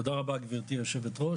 תודה רבה, גברתי היושבת-ראש,